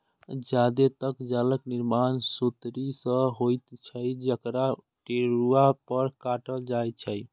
जादेतर जालक निर्माण सुतरी सं होइत छै, जकरा टेरुआ पर काटल जाइ छै